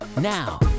Now